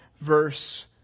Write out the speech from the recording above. verse